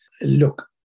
Look